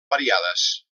variades